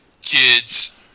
kids